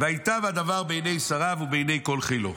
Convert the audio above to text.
"וייטב הדבר בעיני שריו ובעיני כל חילו.